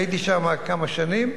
הייתי שם כמה שנים,